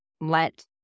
let